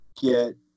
get